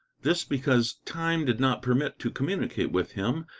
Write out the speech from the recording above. this because time did not permit to communicate with him,